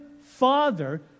Father